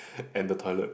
and the toilet